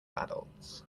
adults